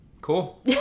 Cool